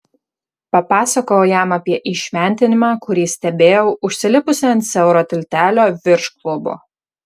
papasakojau jam apie įšventinimą kurį stebėjau užsilipusi ant siauro tiltelio virš klubo